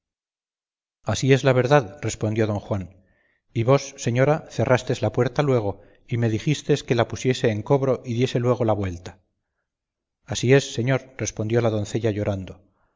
así es la verdad respondió don juan y vos señora cerrastes la puerta luego y me dijistes que la pusiese en cobro y diese luego la vuelta así es señor respondió la doncella llorando